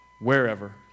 wherever